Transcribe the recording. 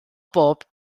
bob